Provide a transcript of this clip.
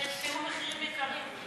הם תיאמו מחירים יקרים.